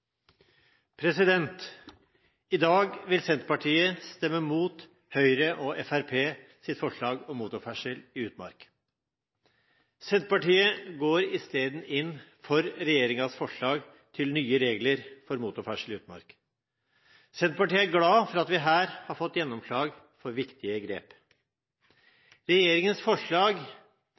I dag vil Senterpartiet stemme mot Høyre og Fremskrittspartiets forslag om motorferdsel i utmark. Senterpartiet går i stedet inn for regjeringens forslag til nye regler for motorferdsel i utmark. Senterpartiet er glad for at vi her har fått gjennomslag for viktige grep. Regjeringens forslag